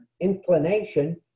inclination